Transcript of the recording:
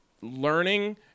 learning